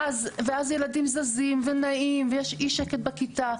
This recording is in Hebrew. ואז ילדים זזים ונעים ויש אי שקט בכיתה.